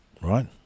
Right